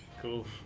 cool